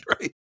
right